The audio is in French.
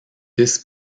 fils